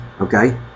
okay